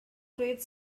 grade